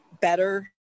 better